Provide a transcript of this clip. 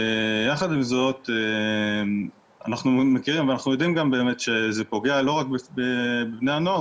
יחד עם זאת אנחנו יודעים גם באמת שזה פוגע לא רק בבני הנוער,